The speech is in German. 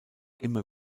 immer